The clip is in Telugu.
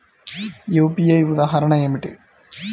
యూ.పీ.ఐ ఉదాహరణ ఏమిటి?